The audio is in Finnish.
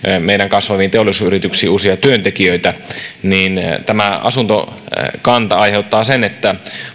meidän kasvaviin teollisuusyrityksiin uusia työntekijöitä mutta tämä asuntokanta aiheuttaa sen että